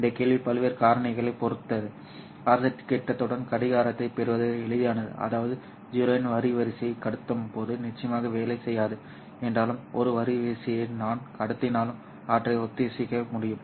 இந்த கேள்வி பல்வேறு காரணிகளைப் பொறுத்தது RZ திட்டத்துடன் கடிகாரத்தைப் பெறுவது எளிதானது அதாவது 0 இன் வரிசையை கடத்தும் போது நிச்சயமாக வேலை செய்யாது என்றாலும் ஒரு வரிசையை நான் கடத்தினாலும் அவற்றை ஒத்திசைக்க முடியும்